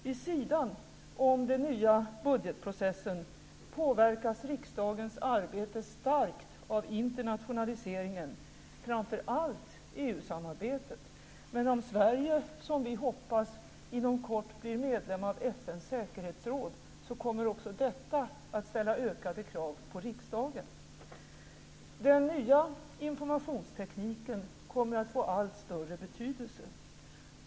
Vid sidan om den nya budgetprocessen påverkas riksdagens arbete starkt av internationaliseringen, framför allt EU samarbetet. Men om Sverige, som vi hoppas, inom kort blir medlem av FN:s säkerhetsråd så kommer också detta att ställa ökade krav på riksdagen. Den nya informationstekniken kommer att få allt större betydelse.